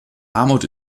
armut